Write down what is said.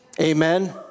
Amen